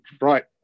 Right